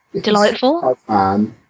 Delightful